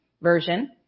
Version